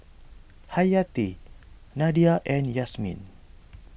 Hayati Nadia and Yasmin